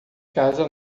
casa